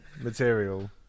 material